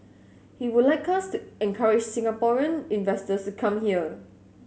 he would like us to encourage Singaporean investors to come here